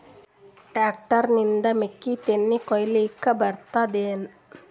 Tractor ನಿಂದ ಮೆಕ್ಕಿತೆನಿ ಕೊಯ್ಯಲಿಕ್ ಬರತದೆನ?